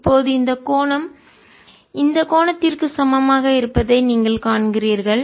இப்போது இந்த கோணம் இந்த கோணத்திற்கு சமமாக இருப்பதை நீங்கள் காண்கிறீர்கள்